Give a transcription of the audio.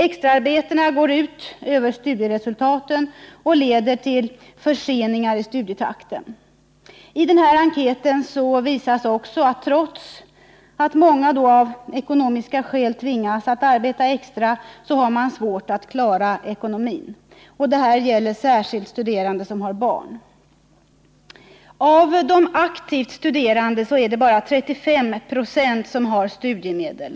Extraarbetena går ut över studieresultaten och leder till förseningar i studierna. I enkäten visas också att trots att många av ekonomiska skäl tvingas att arbeta extra, så har de svårt att klara ekonomin. Det gäller särskilt studerande som har barn. Av de aktivt studerande är det bara 35 26 som har studiemedel.